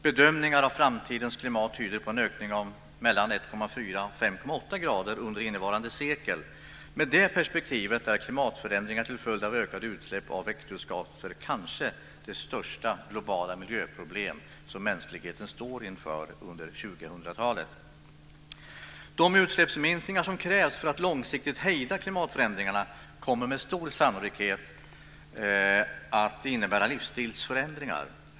Bedömningar av framtidens klimat tyder på en ökning på mellan 1,4 och 5,8 grader under innevarande sekel. Med det perspektivet är klimatförändringar till följd av ökade utsläpp av växthusgaser kanske det största globala miljöproblem som mänskligheten står inför under 2000-talet. De utsläppsminskningar som krävs för att långsiktigt hejda klimatförändringarna kommer med stor sannolikhet att innebära livsstilsförändringar.